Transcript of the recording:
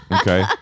Okay